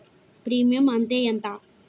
Premium అత్తే ఎంత?